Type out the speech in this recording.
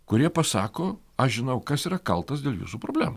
kurie pasako aš žinau kas yra kaltas dėl jūsų problemų